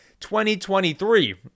2023